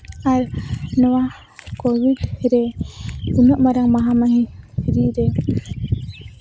ᱟᱨ ᱱᱚᱣᱟ ᱠᱳᱵᱷᱤᱴ ᱨᱮ ᱩᱱᱟᱹᱜ ᱢᱟᱨᱟᱝ ᱢᱚᱦᱟᱢᱟᱨᱤ ᱵᱷᱤᱛᱨᱤ ᱨᱮ